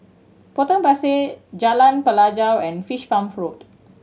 Potong Pasir Jalan Pelajau and Fish Farm Road